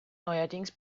neuerdings